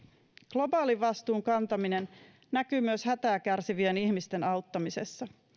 globaalin vastuun kantaminen näkyy myös hätää kärsivien ihmisten auttamisessa